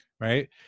Right